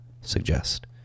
suggest